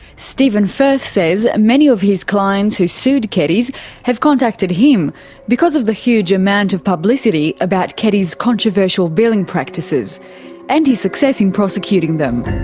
stephen firth says many of his clients who sued keddies have contacted him because of the huge amount of publicity about keddies' controversial billing practices and his success in prosecuting them.